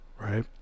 right